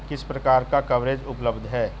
किस प्रकार का कवरेज उपलब्ध है?